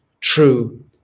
true